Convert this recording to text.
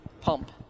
pump